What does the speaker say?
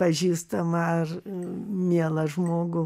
pažįstamą ar mielą žmogų